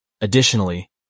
Additionally